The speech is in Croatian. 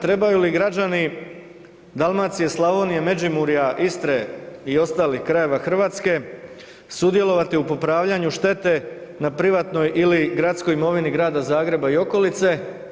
Trebaju li građani Dalmacije, Slavonije, Međimurja, Istre i ostalih krajeva Hrvatske sudjelovati u popravljanju štete na privatnoj ili gradskoj imovini Grada Zagreba i okolice.